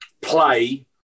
play